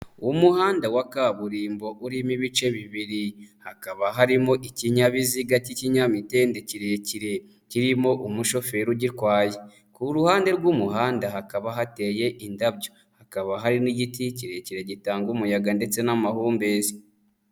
Umuhanda wa kaburimbo urimo ibice bibiri, hakaba harimo ikinyabiziga cy'ikinyamitende kirekire, kirimo umushoferi ugikwaye. Ku ruhande rw'umuhanda hakaba hateye indabyo, hakaba hari n'igiti kirekire gitanga umuyaga ndetse n'amahumbezi.